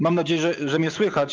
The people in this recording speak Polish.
Mam nadzieję, że mnie słychać.